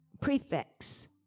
prefix